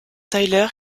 tyler